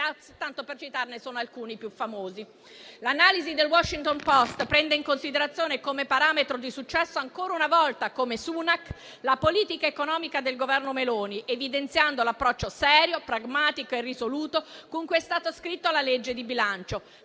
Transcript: tanto per citarne solo alcuni dei più famosi. L'analisi del «The Washington Post» prende in considerazione come parametro di successo, ancora una volta, come Sunak, la politica economica del Governo Meloni, evidenziando l'approccio serio, pragmatico e risoluto con cui è stata scritta la legge di bilancio,